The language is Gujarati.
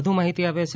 વધ્ માહિતી આપે છે